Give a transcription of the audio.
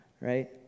right